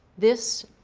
this,